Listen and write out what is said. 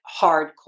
hardcore